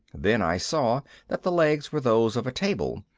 then i saw that the legs were those of a table.